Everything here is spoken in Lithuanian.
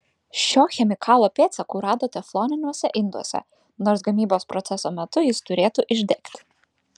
šio chemikalo pėdsakų rado tefloniniuose induose nors gamybos proceso metu jis turėtų išdegti